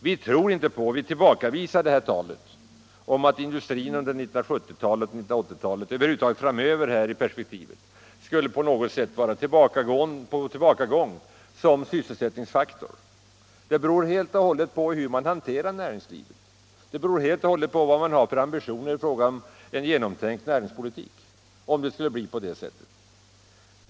Vi tillbakavisar talet om att industrin under 1970-talet och 1980-talet — över huvud taget framöver — skulle på något sätt vara på tillbakagång som sysselsättningsfaktor. Det beror helt och hållet på hur man hanterar näringslivet, det beror helt och hållet på vad man har för ambitioner i fråga om en genomtänkt näringspolitik om det skall bli på det sättet.